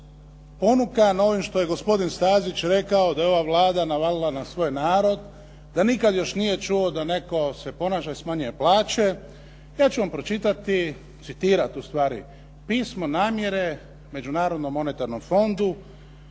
Ponukan ovim što je gospodin Stazić rekao, da je ova Vlada navalila na svoj narod, da nikada nije čuo da se netko ponaša i da smanjuje plaće. Ja ću vam citirati pismo namjere Međunarodnom monetarnom fondu